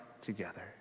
together